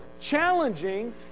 challenging